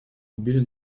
убили